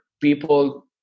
people